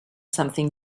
something